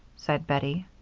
said bettie.